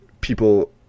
people